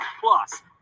plus